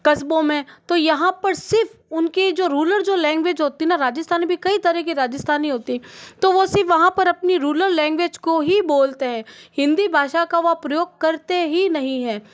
कस्बों में तो यहाँ पर सिर्फ उनके जो रूलर जो लैंग्वेज होती ना राजस्थानी भी कई तरह की राजस्थानी होती तो वो सिर्फ वहाँ पर अपनी रूलर लैंग्वेज को ही बोलते हैं हिंदी भाषा का वह प्रयोग करते ही नहीं है